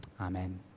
Amen